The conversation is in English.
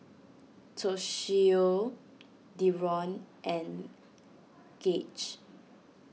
Toshio Deron and Gage